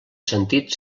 sentit